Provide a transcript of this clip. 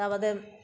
তা বাদে